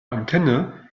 antenne